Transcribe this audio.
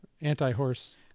anti-horse